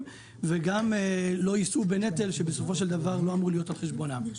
וגם לא יישאו בנטל שבסופו של דבר לא אמור להיות על חשבונם.